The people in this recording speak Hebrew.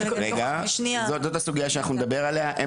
זאת סוגיה שנדבר עליה.